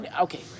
Okay